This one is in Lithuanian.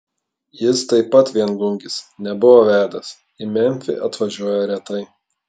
jis taip pat viengungis nebuvo vedęs į memfį atvažiuoja retai